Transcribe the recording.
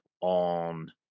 on